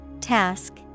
Task